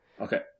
Okay